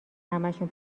همشون